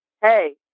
hey